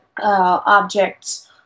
objects